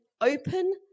open